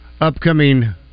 upcoming